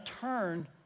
turn